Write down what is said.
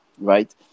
right